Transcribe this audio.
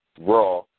raw